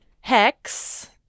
Hex